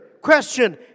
Question